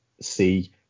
see